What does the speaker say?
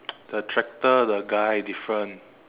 the tractor the guy different